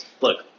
look